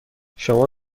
شما